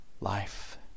Life